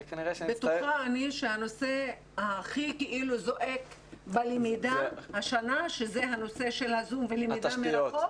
בטוחה אני שהנושא הכי זועק השנה זה הנושא של הזום ולמידה מרחוק.